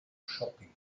shopping